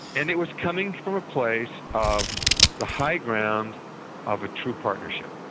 and it was coming from a place of the high ground of a true partnership.